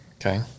okay